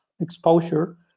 exposure